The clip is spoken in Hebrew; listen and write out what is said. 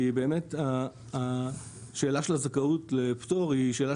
כי השאלה של הזכאות לפטור היא שאלה